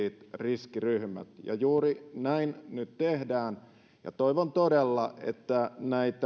riskiryhmät ja juuri näin nyt tehdään toivon todella että näitä